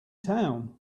town